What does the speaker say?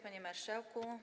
Panie Marszałku!